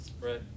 Right